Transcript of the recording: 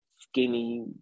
skinny